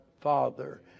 Father